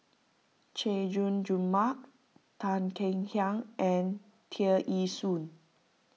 Chay Jung Jun Mark Tan Kek Hiang and Tear Ee Soon